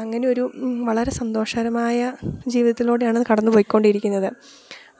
അങ്ങനെ ഒരു വളരെ സന്തോഷകരമായ ജീവിതത്തിലൂടെയാണ് കടന്നു പൊയ്ക്കൊണ്ടിരിക്കുന്നത്